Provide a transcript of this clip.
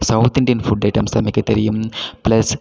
south Indian food items சமைக்க தெரியும் plus